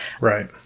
right